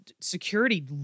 security